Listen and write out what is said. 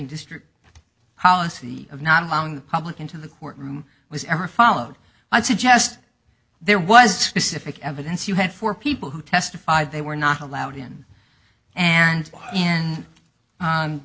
district policy of not allowing the public into the courtroom was ever followed i'd suggest there was specific evidence you had four people who testified they were not allowed in and